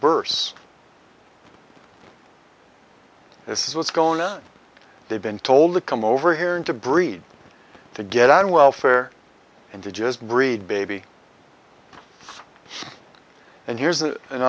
births this is what's going on they've been told to come over here and to breed to get on welfare and to just breed baby and here's an